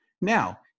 Now